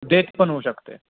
death पण होऊ शकते